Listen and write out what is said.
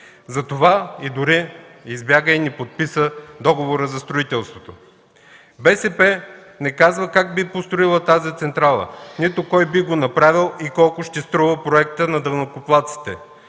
Затова дори избяга и не подписа договора за строителството. БСП не каза как би построила тази централа, нито кой би го направил, колко ще струва проектът на данъкоплатците